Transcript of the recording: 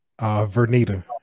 Vernita